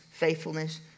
Faithfulness